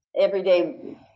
everyday